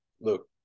look